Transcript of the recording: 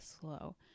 slow